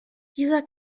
dieser